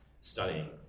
studying